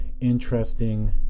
interesting